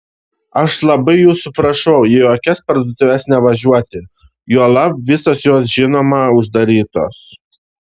aš labai jūsų prašau į jokias parduotuves nevažiuoti juolab visos jos žinoma uždarytos